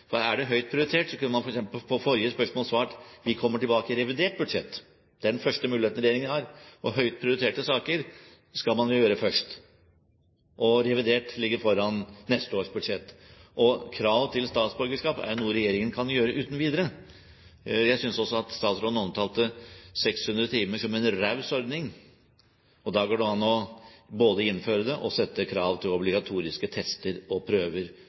Er dette høyt prioritert, kunne man f.eks. på forrige spørsmål svart: Vi kommer tilbake i revidert budsjett. Det er den første muligheten regjeringen har, og høyt prioriterte saker skal man jo avgjøre først. Revidert ligger foran neste års budsjett, og krav til statsborgerskap er noe regjeringen kan stille uten videre. Jeg mener statsråden omtalte 600 timer som en raus ordning. Da går det an både å innføre det og sette krav til obligatoriske tester og prøver